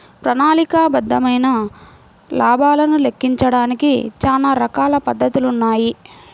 ప్రణాళికాబద్ధమైన లాభాలను లెక్కించడానికి చానా రకాల పద్ధతులున్నాయి